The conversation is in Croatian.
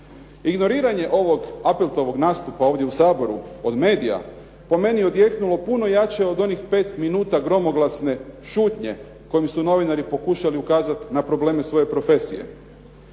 Ignoriranje ovog Appeltovog nastupa ovdje u Saboru od medija, po meni je odjeknulo puno jače od onih pet minuta gromoglasne šutnje kojom su novinari pokušali ukazati na probleme svoje profesije.